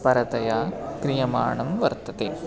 परतया क्रियमाणं वर्तते